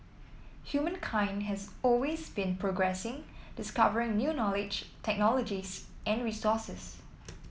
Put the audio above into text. humankind has always been progressing discovering new knowledge technologies and resources